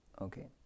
Okay